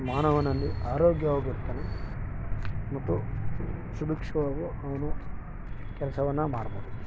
ಮಾನವನಲ್ಲಿ ಆರೋಗ್ಯವಾಗಿರ್ತಾನೆ ಮತ್ತು ಸುಭಿಕ್ಷವಾಗು ಅವನು ಕೆಲಸವನ್ನ ಮಾಡಬಹುದು